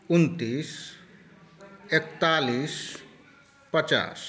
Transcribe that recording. उनतीस एकतालीस पचास